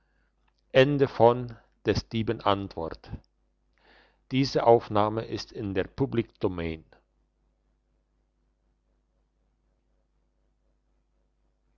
hausvater in der